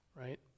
right